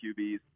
QBs